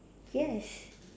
yes